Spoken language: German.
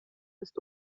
ist